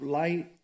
light